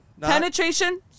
penetration